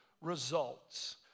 results